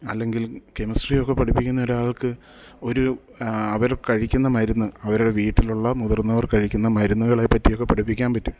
അല്ലെങ്കിൽ കെമിസ്ട്രിയൊക്കെ പഠിപ്പിക്കുന്ന ഒരാൾക്ക് ഒരു അവർ കഴിക്കുന്ന മരുന്ന് അവരുടെ വീട്ടിലുള്ള മുതിർന്നവർ കഴിക്കുന്ന മരുന്നുകളേപ്പറ്റിയൊക്കെ പഠിപ്പിക്കാൻ പറ്റും